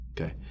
okay